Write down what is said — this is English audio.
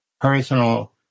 personal